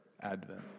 Advent